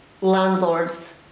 landlords